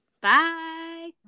Bye